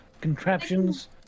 contraptions